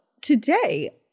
today